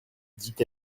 dit